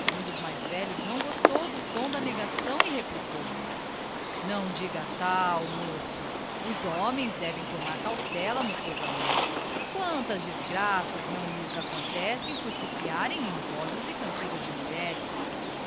um dos mais velhos não gostou do tom da negação e replicou não diga tal moço os homens devem tomar cautela nos seus amores quantas desgraças não lhes acontecem por se harém em vozes e cantigas de mulheres